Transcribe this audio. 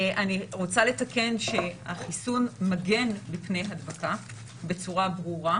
אני רוצה לתקן שהחיסון מגן מפני הדבקה בצורה ברורה.